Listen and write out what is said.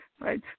Right